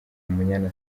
umunyana